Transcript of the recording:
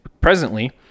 presently